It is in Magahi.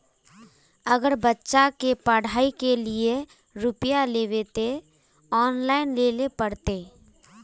अगर बच्चा के पढ़ाई के लिये रुपया लेबे ते ऑनलाइन लेल पड़ते?